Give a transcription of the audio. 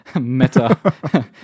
Meta